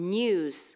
news